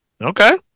Okay